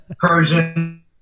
Persian